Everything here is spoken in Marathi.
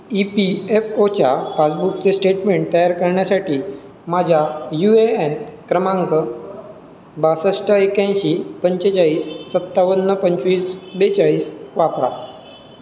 ई पी एफ ओच्या पासबुकचे स्टेटमेंट तयार करण्यासाठी माझा यू ए एन क्रमांक बासष्ट एक्याऐंशी पंचेचाळीस सत्तावन्न पंचवीस बेचाळीस वापरा